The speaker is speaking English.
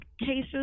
cases